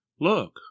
look